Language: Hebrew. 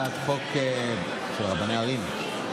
הצעת חוק של רבני ערים.